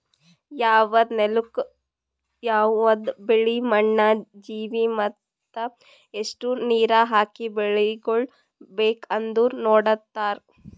ಯವದ್ ನೆಲುಕ್ ಯವದ್ ಬೆಳಿ, ಮಣ್ಣ, ಜೀವಿ ಮತ್ತ ಎಸ್ಟು ನೀರ ಹಾಕಿ ಬೆಳಿಗೊಳ್ ಬೇಕ್ ಅಂದನು ನೋಡತಾರ್